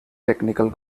technical